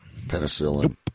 Penicillin